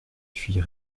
fit